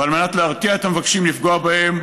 ועל מנת להרתיע את המבקשים לפגוע בהם,